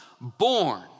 born